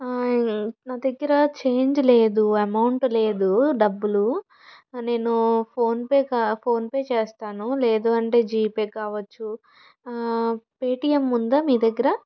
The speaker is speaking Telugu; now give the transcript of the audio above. నా దగ్గర చేంజ్ లేదు అమౌంట్ లేదు డబ్బులు నేను ఫోన్పే కా ఫోన్పే చేస్తాను లేదు అంటే జిపే కావచ్చు పేటీఎం ఉందా మీ దగ్గర